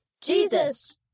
Jesus